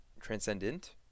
transcendent